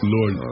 Lord